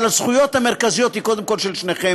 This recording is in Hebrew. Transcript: הזכויות המרכזיות בעניין הזה הן קודם כול של שניכם,